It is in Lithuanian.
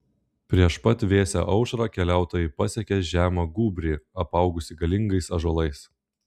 prieš pat vėsią aušrą keliautojai pasiekė žemą gūbrį apaugusį galingais ąžuolais